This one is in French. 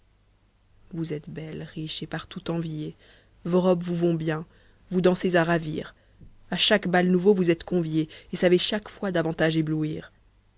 vous êtes belle riche et partout envi ée vos robes vous vont bien vous dansez à ravir a chaque bal nouveau vous êtes conviée et savez chaque fois davantage éblouir